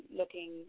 looking